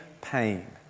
pain